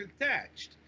attached